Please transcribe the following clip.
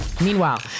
meanwhile